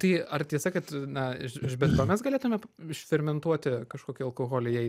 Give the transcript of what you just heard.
tai ar tiesa kad na iš iš bet ko mes galėtume išfermentuoti kažkokį alkoholį jei